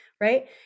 right